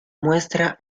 muestra